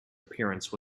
appearance